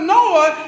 Noah